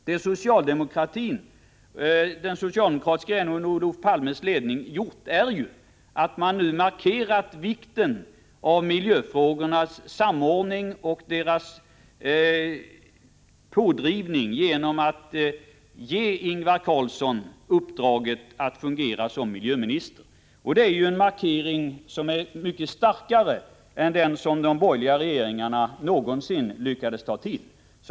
Den socialdemokratiska regeringen under Olof Palmes ledning har nu markerat vikten av miljöfrågornas samordning och angelägenheten av att man driver på i miljöpolitiken genom att ge Ingvar Carlsson uppdraget att fungera som miljöminister. Det är en markering som är mycket starkare än den som de borgerliga regeringarna lyckades med.